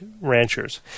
ranchers